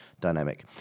dynamic